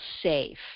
safe